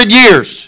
years